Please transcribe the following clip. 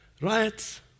riots